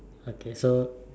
okay so